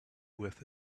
with